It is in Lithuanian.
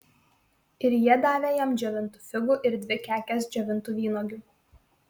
ir jie davė jam džiovintų figų ir dvi kekes džiovintų vynuogių